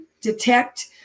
detect